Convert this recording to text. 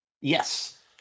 yes